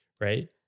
right